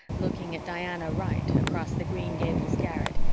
looking at diana wright across the green gables garret,